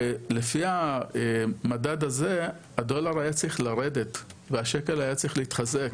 ולפי המדד הזה הדולר היה צריך לרדת והשקל היה צריך להתחזק,